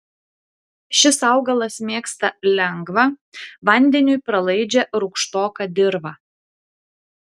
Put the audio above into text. šis augalas mėgsta lengvą vandeniui pralaidžią rūgštoką dirvą